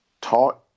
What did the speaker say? taught